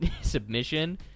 submission